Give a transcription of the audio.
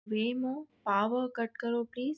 remove power cut کرو please